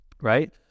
Right